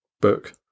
book